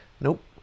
Nope